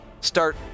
start